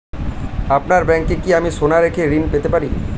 আপনার ব্যাংকে কি আমি সোনা রেখে ঋণ পেতে পারি?